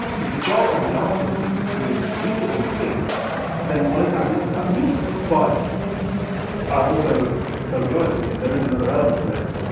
if the job of the artist is to create beautiful things then what exactly does that mean? but i've also gotta be honest with you there is another element to this.